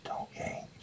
okay